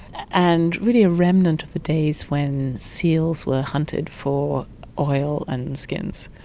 and really a remnant of the days when seals were hunted for oil and skins.